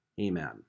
Amen